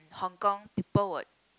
Hong-Kong people would